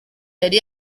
yari